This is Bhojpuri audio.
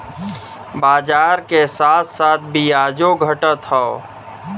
बाजार के साथ साथ बियाजो घटत हौ